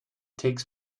takes